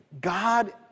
God